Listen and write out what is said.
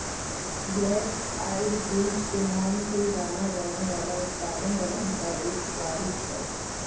black eyed beans के नाम से जाना जाने वाला उत्पाद दलहन का एक प्रारूप है